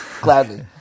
Gladly